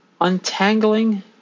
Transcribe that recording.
Untangling